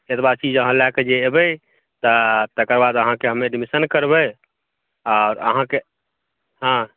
एतबा चीज अहाँ लै कऽ जे एबै तऽ तेकर बाद अहाँकेँ हम एडमिशन करबै आओर अहाँकेँ हँ